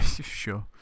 Sure